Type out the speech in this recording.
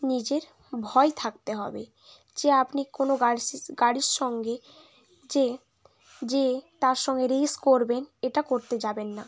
নিজের ভয় থাকতে হবে যে আপনি কোনো গাড়ির সঙ্গে যেয়ে যেয়ে তার সঙ্গে রেস করবেন এটা করতে যাবেন না